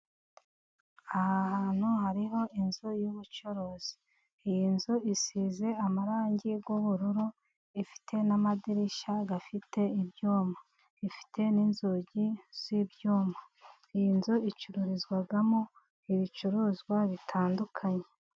Aha hantu hariho inzu y'ubucuruzi iyi nzu isize amarangi y'ubururu, ifite n'amadirishya afite ibyuma bifite n'inzugi z'ibyuma, iyi nzu icururizwamo ibicuruzwa bitandukanye.